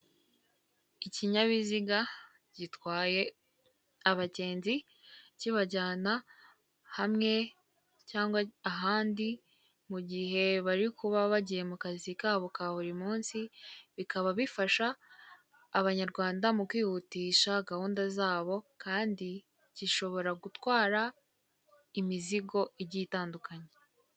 Ikinyabiziga gitwaye abagenzi kibajyana hamwe cyangwa ahandi mu gihe bari kuba bagiye mu kazi kabo ka buri munsi bikaba bifasha abanyarwanda mu kwihutisha gahunda zabo kandi gishobora gutwara imizigo igiye itandukanye.